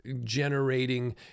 generating